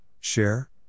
Share